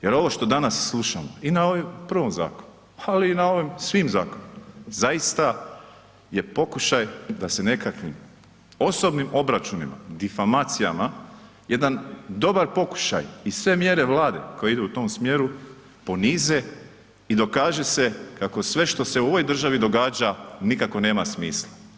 Jer ovo što danas slušamo i na ovom prvom zakonu, ali i na ovim svim zakonima, zaista je pokušaj da se nekakvim osobnim obračunima, difamacijama, jedan dobar pokušaj i sve mjere Vlade koji idu u tom smjeru, ponize i dokaže se kako sve što se u ovoj državi događa, nikako nema smisla.